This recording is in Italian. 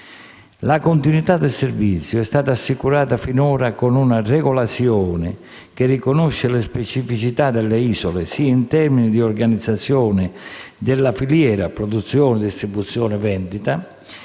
La continuità del servizio è stata assicurata finora con una regolazione che riconosce le specificità delle isole, sia in termini di organizzazione della filiera (produzione, distribuzione, vendita),